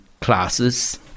classes